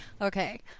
Okay